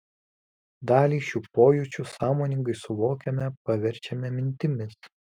dalį šių pojūčių sąmoningai suvokiame paverčiame mintimis